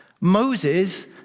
Moses